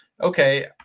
okay